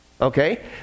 Okay